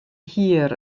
hir